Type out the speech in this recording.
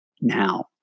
now